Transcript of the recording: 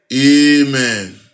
Amen